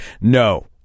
No